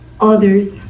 others